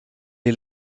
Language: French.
est